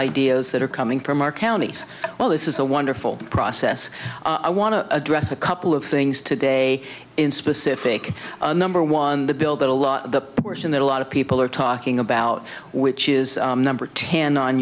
ideas that are coming from our counties well this is a wonderful process i want to address a couple of things today in specific number one the bill that a lot the portion that a lot of people are talking about which is number ten on